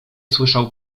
słyszał